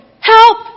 help